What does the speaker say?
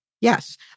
Yes